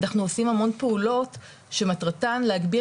אנחנו עושים המון פעולות שמטרתן להגביר